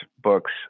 books